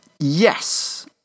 yes